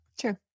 True